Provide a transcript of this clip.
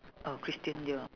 oh christian dior